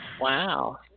Wow